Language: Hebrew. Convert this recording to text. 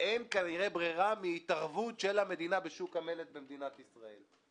אין כנראה ברירה פרט להתערבות של המדינה בשוק המלט במדינת ישראל.